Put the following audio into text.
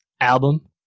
album